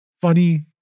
funny